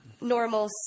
normal